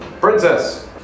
Princess